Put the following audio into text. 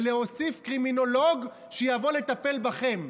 ולהוסיף קרימינולוג שיבוא לטפל בכם,